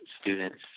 students